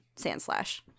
Sandslash